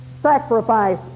sacrifice